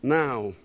Now